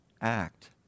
act